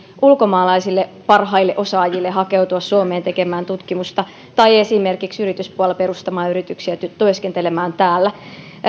ulkomaalaisille osaajille hakeutua tekemään tutkimusta tai esimerkiksi yrityspuolella hakeutua perustamaan yrityksiä ja työskentelemään täällä